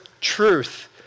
truth